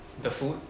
the food